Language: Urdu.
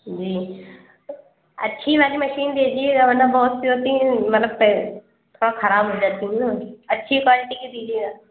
جی اچھی والی مشین دیجیے گا ورنہ بہت سی ہوتی ہیں مطلب تھوڑا خراب ہو جاتی ہیں نا اچھی کوالٹی کی دیجیے گا